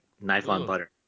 knife-on-butter